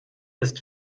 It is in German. ist